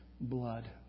blood